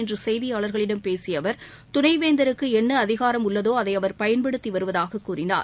இன்றுசெய்தியாளர்களிடம் சென்னையில் பேசியஅவர் துணைவேந்தருக்குஎன்னஅதிகாரம் உள்ளதோஅதைஅவர் பயன்படுத்திவருவதாககூறினார்